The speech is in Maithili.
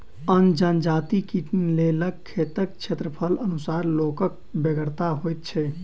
अन्न जजाति कटनीक लेल खेतक क्षेत्रफलक अनुसार लोकक बेगरता होइत छै